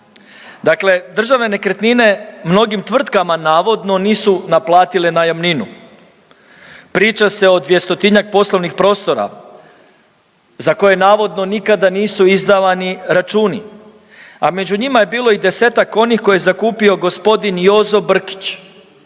Dakle državne nekretnine mnogim tvrtkama navodno nisu naplatile najamninu, priča se o 200-tinjak poslovnih prostora za koje navodno nikada nisu izdavani računi, a među njima je bilo i 10-tak onih koje je zakupio g. Jozo Brkić,